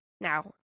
now